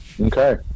Okay